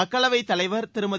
மக்களவைத் தலைவர் திருமதி